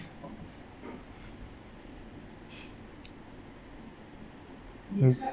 mm